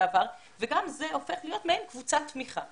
לשעבר וגם זה הופך להיות מעין קבוצת תמיכה.